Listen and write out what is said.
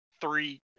three